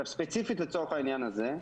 ספציפית לצורך העניין הזה,